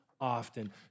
often